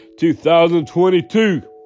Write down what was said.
2022